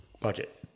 Budget